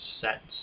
sets